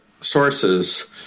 sources